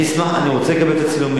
אני אשמח, אני רוצה לקבל את הצילומים.